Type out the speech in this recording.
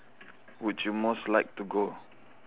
would you most like to go